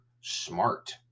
smart